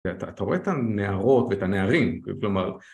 אתה רואה את הנערות ואת הנערים, כלומר